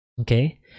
Okay